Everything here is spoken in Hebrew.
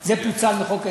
זה פוצל מחוק ההסדרים.